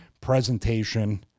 presentation